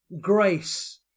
grace